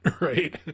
right